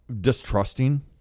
distrusting